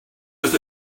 does